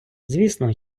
звісно